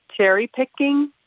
cherry-picking